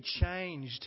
changed